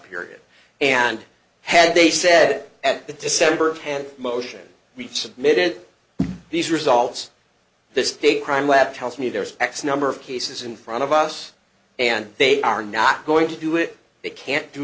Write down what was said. period and had they said at the december of hand motion we've submitted these results the state crime lab tells me there's x number of cases in front of us and they are not going to do it they can't do